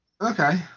Okay